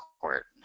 court